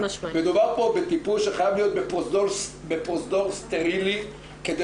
מדובר פה בטיפול שחייב להיות בפרוזדור סטרילי כדי